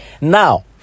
Now